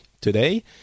today